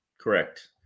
Correct